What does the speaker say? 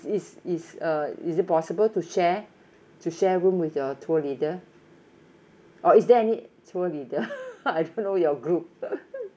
is is uh is it possible to share to share room with your tour leader or is there any tour leader I don't know your group